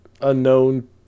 unknown